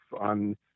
on